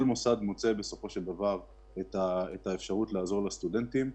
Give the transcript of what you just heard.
כל מוסד מוצא בסופו של דבר את האפשרות לעזור לסטודנטים.